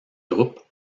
groupes